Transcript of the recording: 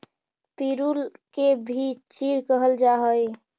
पिरुल के भी चीड़ कहल जा हई